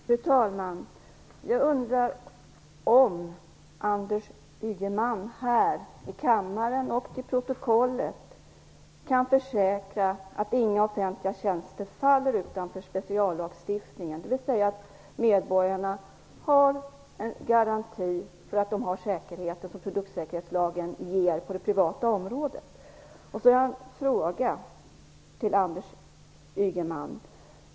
Fru talman! Jag undrar om Anders Ygeman, här i kammaren och till protokollet, kan försäkra att inga offentliga tjänster faller utanför speciallagstiftningen, dvs. att medborgarna har en garanti för att de har den säkerhet som produktsäkerhetslagen ger på det privata området. Sedan har jag en fråga till Anders Ygeman.